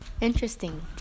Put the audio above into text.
Interesting